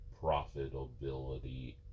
profitability